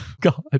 God